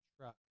truck